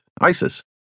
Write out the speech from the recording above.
ISIS